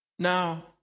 Now